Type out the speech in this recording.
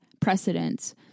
precedents